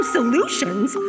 Solutions